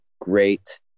great